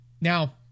now